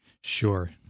Sure